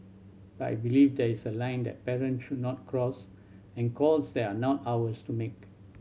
but I believe there is a line that parents should not cross and calls they are not ours to make